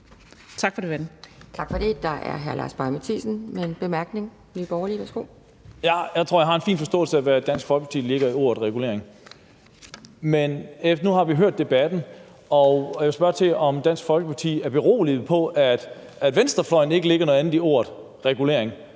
Værsgo. Kl. 12:15 Lars Boje Mathiesen (NB): Jeg tror, jeg har en fin forståelse af, hvad Dansk Folkeparti lægger i ordet regulering. Men nu har vi hørt debatten, og jeg vil spørge, om Dansk Folkeparti er beroliget, med hensyn til at venstrefløjen ikke lægger noget andet i ordet regulering,